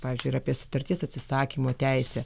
pavyzdžiui ir apie sutarties atsisakymo teisę